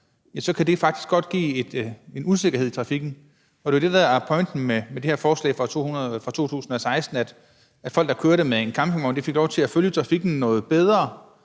kan det faktisk godt give en usikkerhed i trafikken. Og det var jo det, der var pointen med det forslag fra 2016, altså at folk, der kørte med en campingvogn, fik lov til at følge trafikken noget bedre.